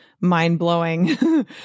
mind-blowing